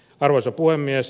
arvoisa puhemies